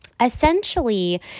essentially